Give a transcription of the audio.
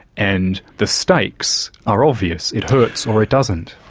and the stakes are obvious it hurts or it doesn't.